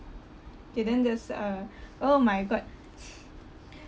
K then there's uh oh my god